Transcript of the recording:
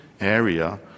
area